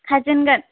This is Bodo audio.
खारजेनगोन